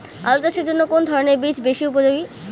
আলু চাষের জন্য কোন ধরণের বীজ বেশি উপযোগী?